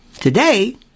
today